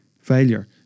Failure